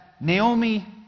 Naomi